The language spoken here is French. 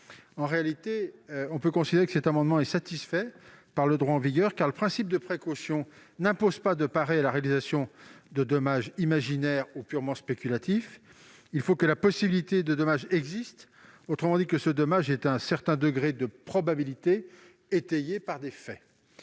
En réalité, on peut considérer que cet amendement est satisfait par le droit en vigueur, car le principe de précaution n'impose pas de parer à la réalisation de dommages imaginaires ou purement spéculatifs : il faut que la possibilité d'un dommage existe, autrement dit que ce dommage ait un certain degré de probabilité, étayée par des faits.